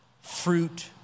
fruit